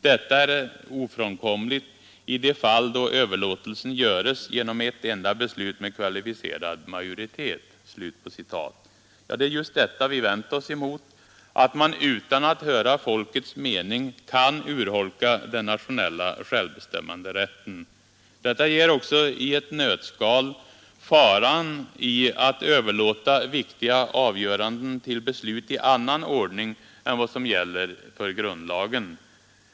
Detta är ofrånkomligt i de fall då överlåtelsen göres genom ett enda beslut med kvalificerad majoritet.” Det är just detta vi vänt oss emot, att man utan att höra folkets mening kan urholka den nationella självbestämmanderätten. Detta ger också i ett nötskal faran i att överlåta viktiga avgöranden till beslut i annan ordning än vad som gäller för grundlagen.